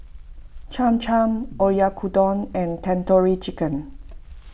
Cham Cham Oyakodon and Tandoori Chicken